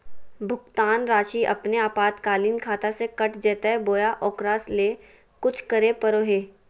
भुक्तान रासि अपने आपातकालीन खाता से कट जैतैय बोया ओकरा ले कुछ करे परो है?